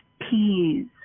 peas